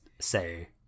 say